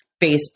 Facebook